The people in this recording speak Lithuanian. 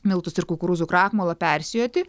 miltus ir kukurūzų krakmolą persijoti